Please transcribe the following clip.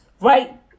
right